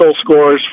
scores